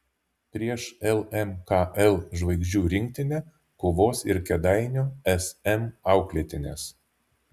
prieš lmkl žvaigždžių rinktinę kovos ir kėdainių sm auklėtinės